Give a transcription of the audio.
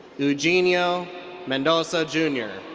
eugenio mendoza jr.